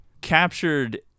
captured